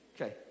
Okay